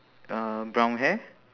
uh brown hair